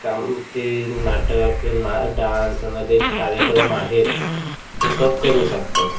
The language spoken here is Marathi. काम ते नाटक ना डान्स आणि ते कार्यक्रम आहेत ते सब करू शकतात